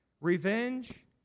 revenge